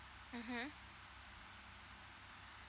mmhmm